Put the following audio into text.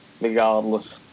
regardless